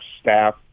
staff